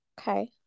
Okay